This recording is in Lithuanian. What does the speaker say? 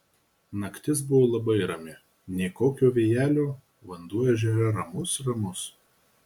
naktis buvo labai rami nė kokio vėjelio vanduo ežere ramus ramus